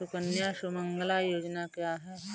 सुकन्या सुमंगला योजना क्या है?